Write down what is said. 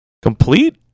Complete